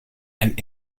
and